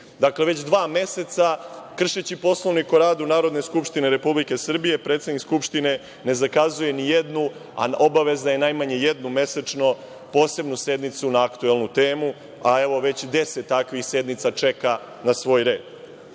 Srbije. Dakle, već dva meseca kršeći Poslovnik o radu Narodne skupštine Republike Srbije predsednik Skupštine ne zakazuje nijednu, a obavezna je najmanje jednu mesečno posebnu sednicu Narodne skupštine na aktuelnu temu, a već 10 takvih sednica čeka na svoj